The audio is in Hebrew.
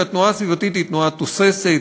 כי התנועה הסביבתית היא תנועה תוססת,